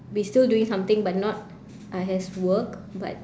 be still doing something but not uh has work but